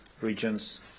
regions